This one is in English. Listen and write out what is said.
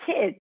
kids